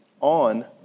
on